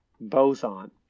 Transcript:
boson